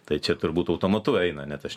tai čia turbūt automatu eina net aš